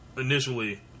initially